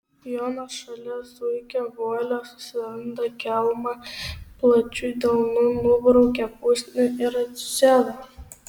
jonas šalia zuikio guolio susiranda kelmą plačiu delnu nubraukia pusnį ir atsisėda